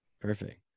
perfect